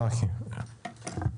צחי, בבקשה.